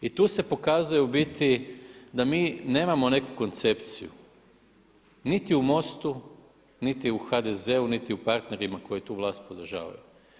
I tu se pokazuje u biti da mi nemamo neku koncepciju niti u MOST-u niti u HDZ-u, niti u partnerima koji tu vlast podržavaju.